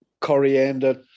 coriander